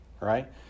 right